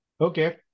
Okay